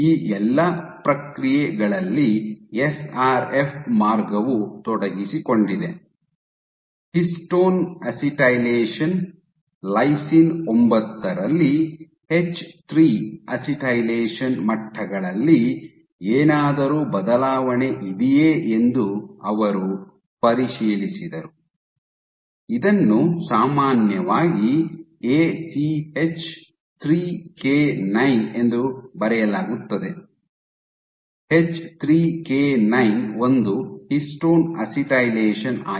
ಈ ಎಲ್ಲಾ ಪ್ರಕ್ರಿಯೆಗಳಲ್ಲಿ ಎಸ್ಆರ್ಎಫ್ ಮಾರ್ಗವು ತೊಡಗಿಸಿಕೊಂಡಿದೆ ಹಿಸ್ಟೋನ್ ಅಸಿಟೈಲೇಷನ್ ಲೈಸಿನ್ 9 ರಲ್ಲಿ ಎಚ್3 ಅಸಿಟೈಲೇಷನ್ ಮಟ್ಟಗಳಲ್ಲಿ ಏನಾದರೂ ಬದಲಾವಣೆ ಇದೆಯೇ ಎಂದು ಅವರು ಪರಿಶೀಲಿಸಿದರು ಇದನ್ನು ಸಾಮಾನ್ಯವಾಗಿ ಎಸಿಎಚ್3ಕೆ9 ಎಂದು ಬರೆಯಲಾಗುತ್ತದೆ ಎಚ್3ಕೆ9 ಒಂದು ಹಿಸ್ಟೋನ್ ಅಸಿಟೈಲೇಷನ್ ಆಗಿದೆ